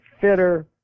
fitter